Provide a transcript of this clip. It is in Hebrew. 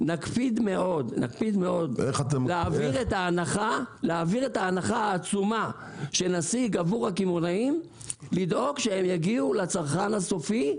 נקפיד מאוד להעביר את ההנחה העצומה שנשיג עבור הקמעוניים לצרכן הסופי.